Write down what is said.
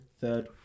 third